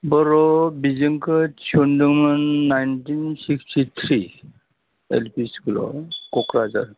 बर' बिजोंखौ थिसन्दोंमोन nineteen sixty three L P स्कुलाव क'क्राझार